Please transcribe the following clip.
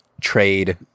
Trade